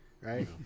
right